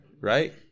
right